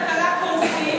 בינתיים חוקי הכלכלה קורסים,